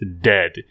Dead